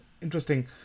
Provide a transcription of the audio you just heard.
interesting